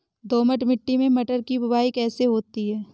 दोमट मिट्टी में मटर की बुवाई कैसे होती है?